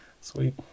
Sweet